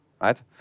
right